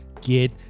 get